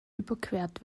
überquert